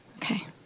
Okay